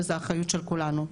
וזה אחריות של כולנו.